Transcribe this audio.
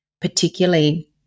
particularly